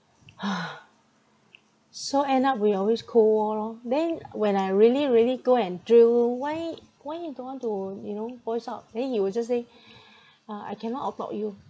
so end up we always cold war lor then when I really really go and drill why why you don't want to you know voice out then he will just say uh I cannot overtalk you